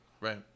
right